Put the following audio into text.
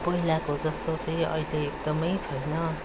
पहिलाको जस्तो चाहिँ अहिले एकदमै छैन